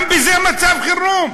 גם בזה יש מצב חירום?